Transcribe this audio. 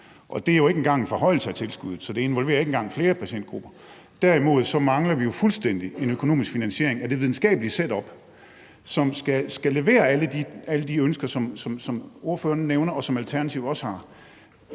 det er jo ikke engang en forhøjelse af tilskuddet. Så det involverer ikke engang flere patientgrupper. Derimod mangler vi jo fuldstændig en økonomisk finansiering af det videnskabelige setup, som skal levere i forhold til alle de ønsker, som ordføreren nævner, og som Alternativet også har.